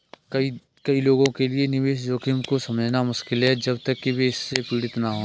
कई लोगों के लिए निवेश जोखिम को समझना मुश्किल है जब तक कि वे इससे पीड़ित न हों